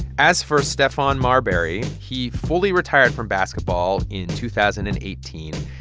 as for stephon marbury, he fully retired from basketball in two thousand and eighteen.